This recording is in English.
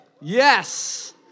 Yes